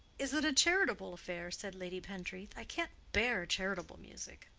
is it a charitable affair? said lady pentreath. i can't bear charitable music.